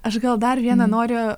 aš gal dar vieną noriu